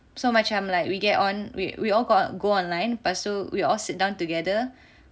so macam like we get on we we all got go online lepas tu we all sit down together